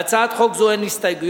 להצעת חוק זו אין הסתייגויות.